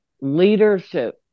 leadership